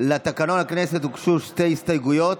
לתקנון הכנסת הוגשו שתי הסתייגויות,